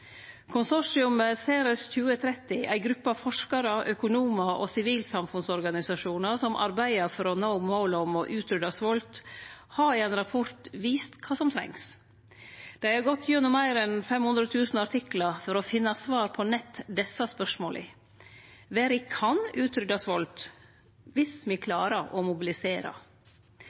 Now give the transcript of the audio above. ei gruppe av forskarar, økonomar og sivilsamfunnsorganisasjonar som arbeider for å nå målet om å utrydde svolt, har i ein rapport vist kva som trengst. Dei har gått gjennom meir enn 500 000 artiklar for å finne svar på nett desse spørsmåla. Verda kan utrydde svolt om me klarar å